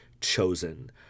chosen